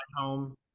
home